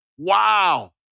Wow